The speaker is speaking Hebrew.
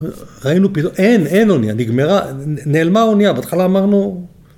‫ראינו פתאום... אין, אין אונייה, ‫נגמרה, נעלמה אונייה. ‫בהתחלה אמרנו...